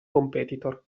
competitor